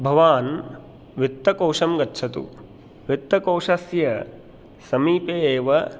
भवान् वित्तकोशं गच्छतु वित्तकोशस्य समीपे एव